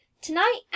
to-night